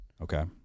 Okay